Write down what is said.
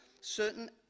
certain